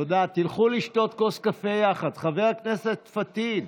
תודה, תלכו לשתות כוס קפה יחד, חבר הכנסת פטין.